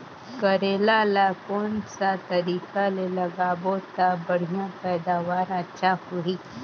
करेला ला कोन सा तरीका ले लगाबो ता बढ़िया पैदावार अच्छा होही?